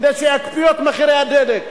כדי שיקפיאו את מחיר הדלק.